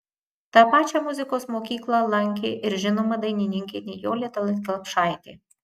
tą pačią muzikos mokyklą lankė ir žinoma dainininkė nijolė tallat kelpšaitė